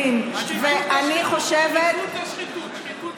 אמרת משהו על המיצג של לולאת החנק?